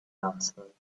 answered